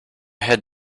had